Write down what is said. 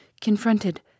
confronted